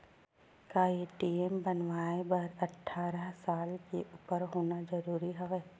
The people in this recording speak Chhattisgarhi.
का ए.टी.एम बनवाय बर अट्ठारह साल के उपर होना जरूरी हवय?